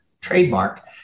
trademark